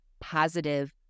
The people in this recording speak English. positive